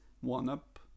one-up